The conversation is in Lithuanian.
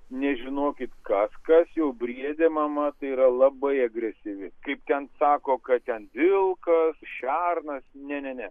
nes žinokit kas kas jau briedė mama tai yra labai agresyvi kaip ten sako kad ten vilkas šernas ne ne